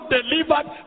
delivered